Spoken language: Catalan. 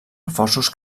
reforços